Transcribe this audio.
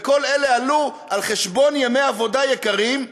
וכל אלה עלו על-חשבון ימי עבודה יקרים.